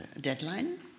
deadline